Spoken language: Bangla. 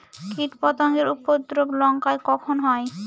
কীটপতেঙ্গর উপদ্রব লঙ্কায় কখন হয়?